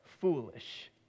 foolish